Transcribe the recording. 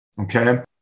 Okay